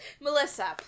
Melissa